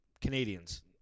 Canadians